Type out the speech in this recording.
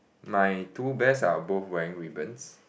my two bears are both wearing ribbons